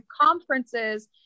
conferences